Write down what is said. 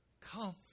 Come